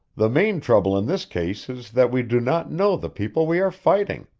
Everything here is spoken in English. the main trouble in this case is that we do not know the people we are fighting.